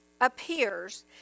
appears